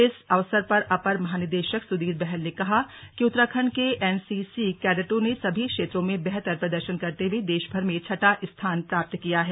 इस अवसर पर अपर महानिदेशक सुधीर बहल ने कहा कि उत्तराखण्ड के एनसीसी कैडटों ने सभी क्षेत्रों में बेहतर प्रदर्शन करते हुए देशभर में छठा स्थान प्राप्त किया है